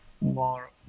more